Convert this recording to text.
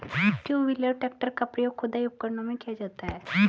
to wheeler tractor का प्रयोग खुदाई उपकरणों में किया जाता हैं